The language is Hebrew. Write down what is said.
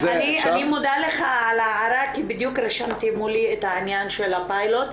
אני מודה לך על ההערה כי בדיוק רשמתי מולי את העניין של הפיילוט.